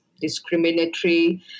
discriminatory